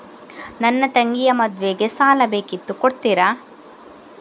ನನ್ನ ತಂಗಿಯ ಮದ್ವೆಗೆ ಸಾಲ ಬೇಕಿತ್ತು ಕೊಡ್ತೀರಾ?